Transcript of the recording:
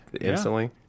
instantly